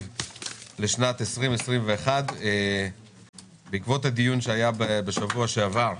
לשנת 2021. בעקבות הדיון שהיה בשבוע שעבר,